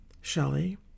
Shelley